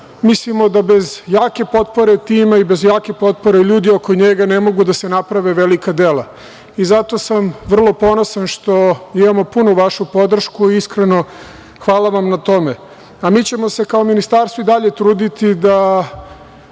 mislimo da bez jake potpore tima i bez jake potpore ljudi oko njega ne mogu da se naprave velika dela. Zato sam vrlo ponosan što imamo punu vašu podršku. Iskreno, hvala vam na tome. Mi ćemo se kao Ministarstvo i dalje truditi da